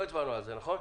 הצבעה ההצבעה אושרה.